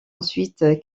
ensuite